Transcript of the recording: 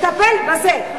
לטפל בזה.